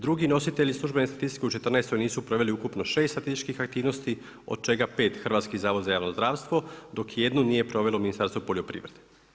Drugi nositelji službene statistike u 2014. nisu proveli ukupno 6 statističkih aktivnosti od čega 5 Hrvatski zavod za javno zdravstvo, dok jednu nije provelo Ministarstvo poljoprivrede.